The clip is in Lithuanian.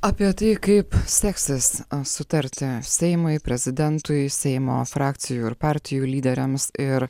apie tai kaip seksis sutarti seimui prezidentui seimo frakcijų ir partijų lyderiams ir